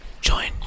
Join